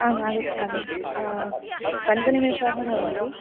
आम् आगच्छामि पञ्चनिमेषाः भवन्ति